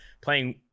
playing